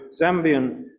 Zambian